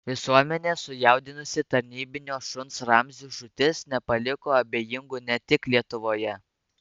visuomenę sujaudinusi tarnybinio šuns ramzio žūtis nepaliko abejingų ne tik lietuvoje